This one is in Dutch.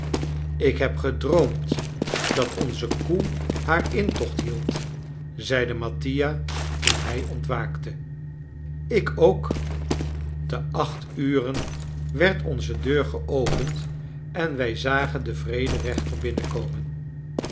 ik heb gedroomd dat onze koe haar intocht hield zeide mattia toen hij ontwaakte ik ook te acht uren werd onze deur geopend en wij zagen den vrederechter binnenkomen